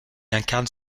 incarne